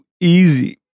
easy